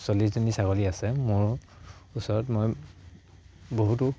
চল্লিছজনী ছাগলী আছে মোৰ ওচৰত মই বহুতো